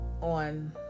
on